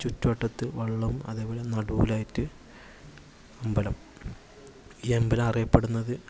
ചുറ്റുവട്ടത്ത് വെള്ളം അതേപോലെ ആയിട്ട് അമ്പലം ഈ അമ്പലം അറിയപ്പെടുന്നത്